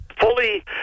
fully